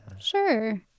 sure